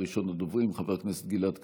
ראשון הדוברים, חבר הכנסת גלעד קריב,